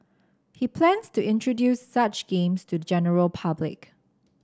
he plans to introduce such games to the general public